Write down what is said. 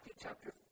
chapter